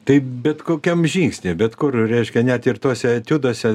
tai bet kokiam žingsnyje bet kur reiškia net ir tuose etiuduose